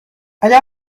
اگر